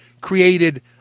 created